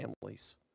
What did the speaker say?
families